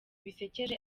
bisekeje